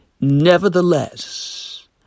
Nevertheless